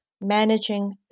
managing